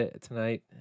tonight